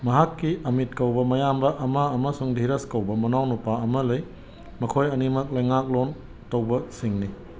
ꯃꯍꯥꯛꯀꯤ ꯑꯃꯤꯠ ꯀꯧꯕ ꯃꯌꯥꯝꯕ ꯑꯃ ꯑꯃꯁꯨꯡ ꯗꯤꯔꯁ ꯀꯧꯕ ꯃꯅꯥꯎ ꯅꯨꯄꯥ ꯑꯃ ꯂꯩ ꯃꯈꯣꯏ ꯑꯅꯤꯃꯛ ꯂꯩꯉꯥꯛꯂꯣꯟ ꯇꯧꯕꯁꯤꯡꯅꯤ